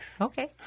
Okay